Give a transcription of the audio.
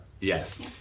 Yes